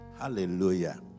Hallelujah